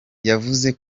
yavuze